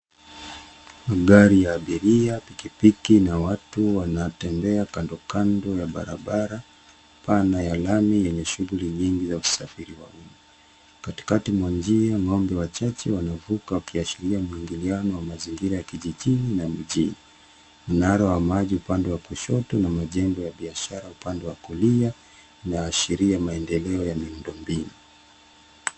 Magari ya abiria, pikipiki na watu wanatembea kandokando ya barabara pana ya lami yenye shughuli nyingi za usafiri wa uma. Katikati mwa njia ng'ombe wachache wanavuka wakiashiria muingiliano wa mazingira ya kijijini na mjini. Mnara wa maji upande wa kushoto na majengo ya biashara upande wa kulia inaashiria maendeleo ya miundo mbinu.